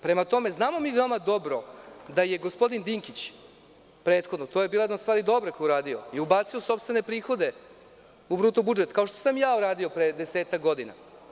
Prema tome, znamo mi veoma dobro da je gospodin Dinkić prethodno, to je bila jedna dobra stvar koju je uradio i ubacio sopstvene prihode u bruto budžet, kao što sam ja uradio pre desetak godina.